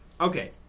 Okay